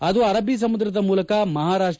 ಅದು ಅರಬ್ಬೀ ಸಮುದ್ರದ ಮೂಲಕ ಮಹಾರಾಷ್ಟ